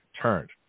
turned